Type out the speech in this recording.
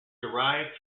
derived